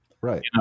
Right